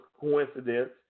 coincidence